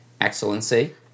Excellency